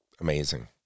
amazing